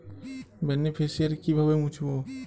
Beneficiary কিভাবে মুছব?